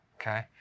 Okay